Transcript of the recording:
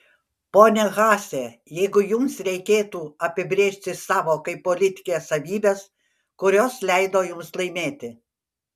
ponia haase jeigu jums reikėtų apibrėžti savo kaip politikės savybes kurios leido jums laimėti